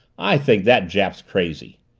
i think that jap's crazy.